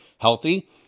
healthy